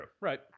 Right